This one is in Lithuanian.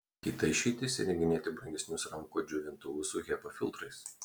kita išeitis įrenginėti brangesnius rankų džiovintuvus su hepa filtrais